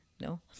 no